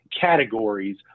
categories